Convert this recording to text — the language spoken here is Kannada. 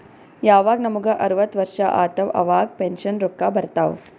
ಯವಾಗ್ ನಮುಗ ಅರ್ವತ್ ವರ್ಷ ಆತ್ತವ್ ಅವಾಗ್ ಪೆನ್ಷನ್ ರೊಕ್ಕಾ ಬರ್ತಾವ್